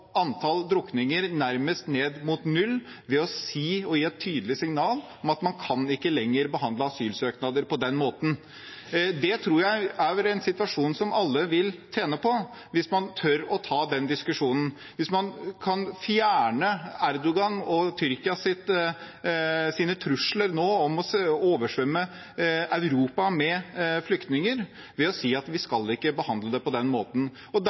antall drukninger nærmest ned mot null ved å gi et tydelig signal om at man ikke lenger kunne behandle asylsøknader på den måten. Det tror jeg er en situasjon som alle vil tjene på, hvis man tør å ta den diskusjonen – hvis man kan fjerne Erdogans og Tyrkias trusler om å oversvømme Europa med flyktninger, ved å si at vi skal ikke behandle det på den måten. Derfor er det viktig – og